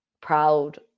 proud